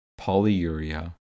polyuria